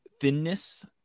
thinness